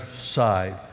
side